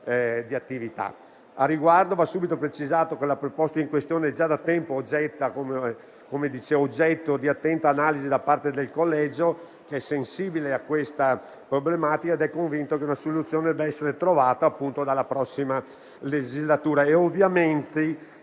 Al riguardo va subito precisato che la proposta in questione è già da tempo oggetto di attenta analisi da parte del Collegio, che è sensibile a questa problematica ed è convinto che una soluzione debba essere trovata dalla prossima legislatura,